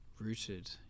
rooted